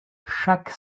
chaque